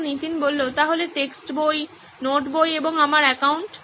ছাত্র নীতিন তাহলে টেক্সট বই নোট বই এবং আমার অ্যাকাউন্ট